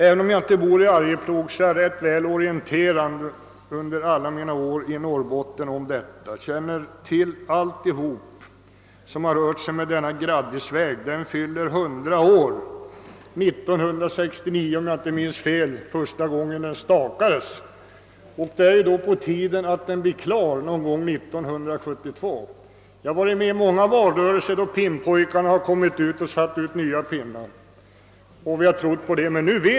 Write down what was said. Även om jag inte bor i Arjeplog har jag blivit rätt väl orienterad om förhållandena där under alla mina år i Norrbotten. Jag känner exempelvis till Graddisvägen. År 1969 har det, om jag inte minns fel, gått hundra år sedan denna väg första gången påtalades. Det är alltså på tiden att vägen blir klar under 1972, som nu planeras. Jag har varit med under många valrörelser då pinnpojkarna kommit och satt ut nya pinnar vid Graddisvägen, och vi har trott att det skulle bli något av.